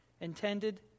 intended